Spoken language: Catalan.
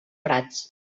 prats